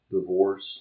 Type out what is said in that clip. divorce